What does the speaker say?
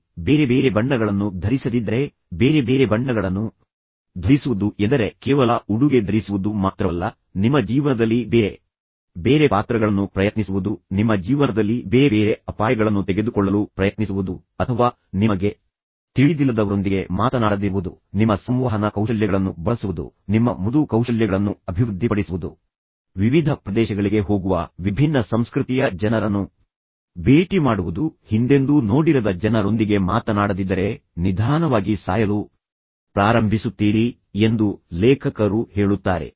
ನೀವು ಬೇರೆ ಬೇರೆ ಬಣ್ಣಗಳನ್ನು ಧರಿಸದಿದ್ದರೆ ಬೇರೆ ಬೇರೆ ಬಣ್ಣಗಳನ್ನು ಧರಿಸುವುದು ಎಂದರೆ ಕೇವಲ ಉಡುಗೆ ಧರಿಸುವುದು ಮಾತ್ರವಲ್ಲ ನಿಮ್ಮ ಜೀವನದಲ್ಲಿ ಬೇರೆ ಬೇರೆ ಪಾತ್ರಗಳನ್ನು ಪ್ರಯತ್ನಿಸುವುದು ನಿಮ್ಮ ಜೀವನದಲ್ಲಿ ಬೇರೆ ಬೇರೆ ಅಪಾಯಗಳನ್ನು ತೆಗೆದುಕೊಳ್ಳಲು ಪ್ರಯತ್ನಿಸುವುದು ಅಥವಾ ನಿಮಗೆ ತಿಳಿದಿಲ್ಲದವರೊಂದಿಗೆ ಮಾತನಾಡದಿರುವುದು ನಿಮ್ಮ ಸಂವಹನ ಕೌಶಲ್ಯಗಳನ್ನು ಬಳಸುವುದು ನಿಮ್ಮ ಮೃದು ಕೌಶಲ್ಯಗಳನ್ನು ಅಭಿವೃದ್ಧಿಪಡಿಸುವುದು ವಿವಿಧ ಪ್ರದೇಶಗಳಿಗೆ ಹೋಗುವ ವಿಭಿನ್ನ ಸಂಸ್ಕೃತಿಯ ಜನರನ್ನು ಭೇಟಿ ಮಾಡುವುದು ನೀವು ಹಿಂದೆಂದೂ ನೋಡಿರದ ವಿಭಿನ್ನ ಜನರೊಂದಿಗೆ ಮಾತನಾಡದಿದ್ದರೆ ನೀವು ನಿಧಾನವಾಗಿ ಸಾಯಲು ಪ್ರಾರಂಭಿಸುತ್ತೀರಿ ಎಂದು ಲೇಖಕರು ಹೇಳುತ್ತಾರೆ